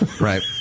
Right